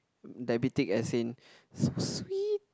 diabetic as in s~ sweet